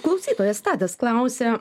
klausytojas tadas klausia